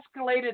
escalated